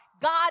God